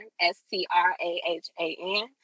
S-T-R-A-H-A-N